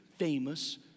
famous